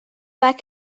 that